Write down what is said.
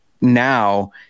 now –